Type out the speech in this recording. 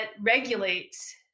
regulates